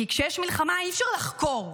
כי כשיש מלחמה אי-אפשר לחקור,